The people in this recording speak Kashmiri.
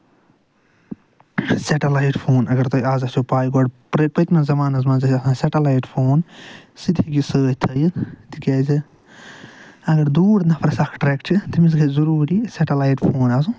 سٮ۪ٹَلایِٹ فون اَگر تۄہہِ آز آسٮ۪و پَے گۄڈٕ پٔتمٮ۪و زَمانَس منٛز ٲسۍ گژھان سٮ۪ٹَلایِٹ فون سُہ تہِ یہِ سۭتۍ تھٲوِتھ تِکیازِ اَگر دوٗر نَفرَس اکھ ٹرٮ۪ک چھُ تٔمِس گژھِ ضروٗری سٮ۪ٹِلایٹ فون آسُن